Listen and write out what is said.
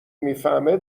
میفهمه